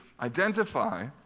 identify